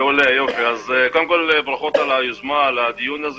בגדול, אנחנו 14% מהמועסקים במדינת ישראל.